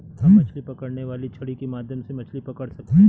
हम मछली पकड़ने वाली छड़ी के माध्यम से मछली पकड़ सकते हैं